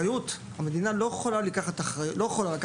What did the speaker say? המדינה לא יכולה לקחת אחריות